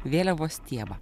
vėliavos stiebą